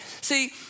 see